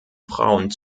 frauen